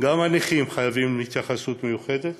גם הנכים חייבים התייחסות מיוחדת,